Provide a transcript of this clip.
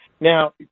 Now